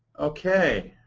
ok.